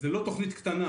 זאת לא תוכנית קטנה.